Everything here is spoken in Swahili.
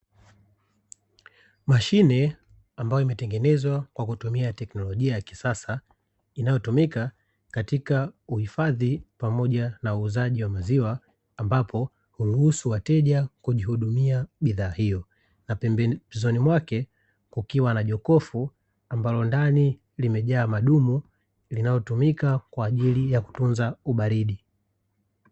Mashine ambayo imetengenezwa kwa kutumia teknolojia ya kisasa, inayotumika katika uhifadhi pamoja na uuzaji wa maziwa, ambapo huruhusu wateja kujihudumia bidhaa hiyo na pembezoni mwake kukiwa na jokofu ambalo ndani limejaa madumu linalotumika kwa ajili ya kutunza ubaridi.